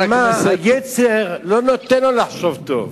אבל מה, היצר לא נותן לו לחשוב טוב.